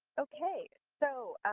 okay. so, ah